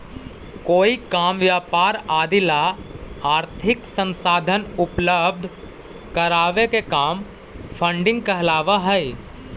कोई काम व्यापार आदि ला आर्थिक संसाधन उपलब्ध करावे के काम फंडिंग कहलावऽ हई